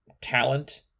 talent